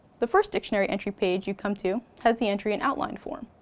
the first dictionary entry page you come to has the entry in outline form.